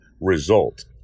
result